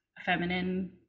Feminine